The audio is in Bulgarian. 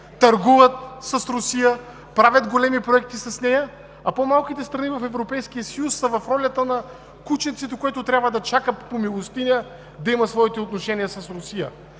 търгуват с Русия, правят големи проекти с нея, а по-малките страни са в ролята на кученцето, което трябва да чака милостиня да има своите отношения с Русия.